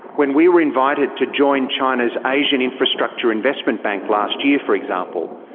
when we were invited to join china's asian infrastructure investment bank last year, for example,